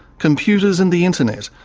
computers and the internet,